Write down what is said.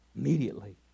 immediately